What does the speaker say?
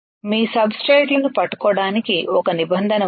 మీ సబ్స్ట్రేట్లను పట్టుకోవటానికి ఒక నిబంధన ఉంది